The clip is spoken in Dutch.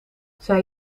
zij